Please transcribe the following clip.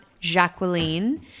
Jacqueline